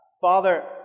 Father